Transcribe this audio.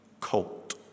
colt